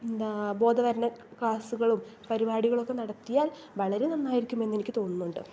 എന്താണ് ബോധവൽക്കരണ ക്ലാസ്സുകളും പരിപാടികളുമൊക്കെ നടത്തിയാൽ വളരെ നന്നായിരിക്കുമെന്ന് എനിക്ക് തോന്നുന്നുണ്ട്